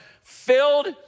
filled